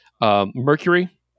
Mercury